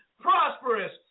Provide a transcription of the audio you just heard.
prosperous